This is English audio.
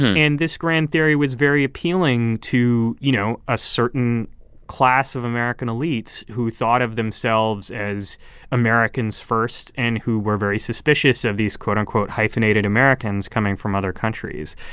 and this grand theory was very appealing to, you know, a certain class of american elites who thought of themselves as americans first and who were very suspicious of these quote-unquote, hyphenated americans coming from other countries.